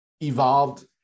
evolved